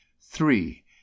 Three